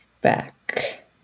back